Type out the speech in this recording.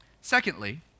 Secondly